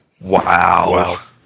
Wow